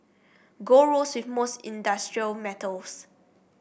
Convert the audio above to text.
gold rose with most industrial metals